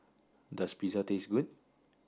does Pizza taste good